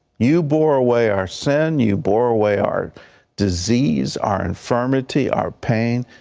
you bore away our sin, you bore away our disease, our infirmity, our pain,